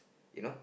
you know